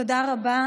תודה רבה.